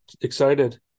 excited